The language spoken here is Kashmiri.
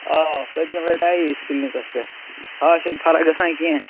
آ پٔتۍمہِ لٹہِ آیےَ أسۍ کٕلنِکس پیٚٹھ اَز چھےٚ نہٕ فرق گژھان کیٚنٛہہ